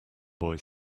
boy